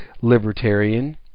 Libertarian